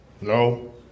No